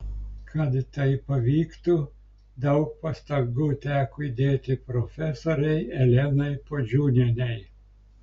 kad tai pavyktų daug pastangų teko įdėti profesorei elenai puodžiūnienei